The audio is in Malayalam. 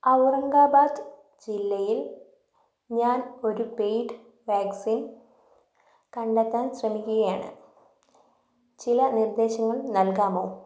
ഔറംഗബാദ് ജില്ലയിൽ ഞാൻ ഒരു പെയ്ഡ് വാക്സിൻ കണ്ടെത്താൻ ശ്രമിക്കുകയാണ് ചില നിർദ്ദേശങ്ങൾ നൽകാമോ